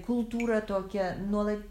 kultūra tokia nuolat